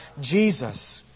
Jesus